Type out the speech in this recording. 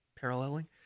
paralleling